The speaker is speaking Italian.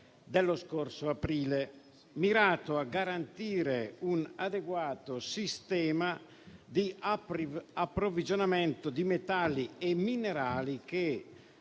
dello scorso aprile, mirato a garantire un adeguato sistema di approvvigionamento di metalli e minerali che,